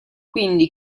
quindi